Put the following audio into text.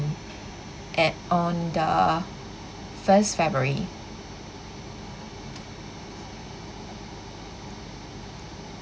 at on the first february